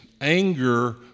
Anger